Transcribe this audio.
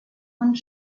und